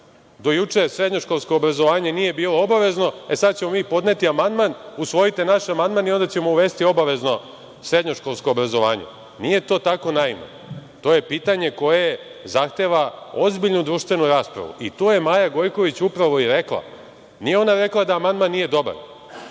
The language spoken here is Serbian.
Do juče srednjoškolsko obrazovanje nije bilo obavezno, sad ćemo mi podneti amandman, usvojite naš amandman i onda ćemo uvesti obavezno srednjoškolsko obrazovanje. Nije to tako naivno. To je pitanje koje zahteva ozbiljnu društvenu raspravu i to je Maja Gojković upravo i rekla, nije ona rekla da amandman nije dobar